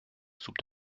soupe